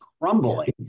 crumbling